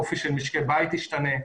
אופי של משקי בית ישתנה.